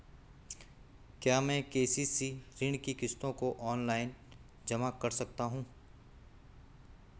क्या मैं के.सी.सी ऋण की किश्तों को ऑनलाइन जमा कर सकता हूँ?